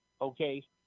Okay